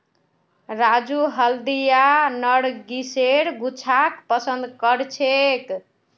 राजू हल्दिया नरगिसेर गुच्छाक पसंद करछेक